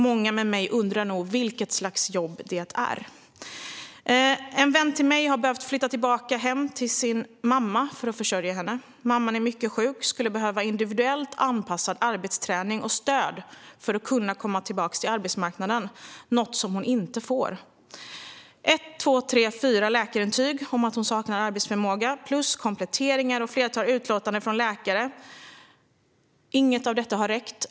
Många med mig undrar nog vilket slags jobb det är. En vän till mig har behövt flytta tillbaka hem till sin mamma för att försörja henne. Mamman är mycket sjuk och skulle behöva individuellt anpassad arbetsträning och stöd för att kunna komma tillbaka till arbetsmarknaden, något som hon inte får. Hon har fått fyra läkarintyg om att hon saknar arbetsförmåga plus kompletteringar och ett flertal utlåtanden från läkare. Inget av detta har räckt.